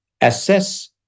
assess